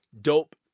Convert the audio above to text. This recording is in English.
Dope